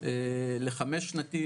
לחמש שנתית,